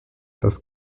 das